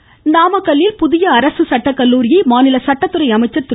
சண்முகம் நாமக்கல்லில் புதிய அரசு சட்டக்கல்லூரியை மாநில சட்டத்துறை அமைச்சர் திரு